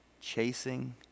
chasing